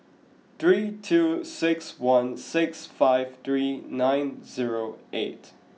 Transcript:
three two six one six five three nine zero eight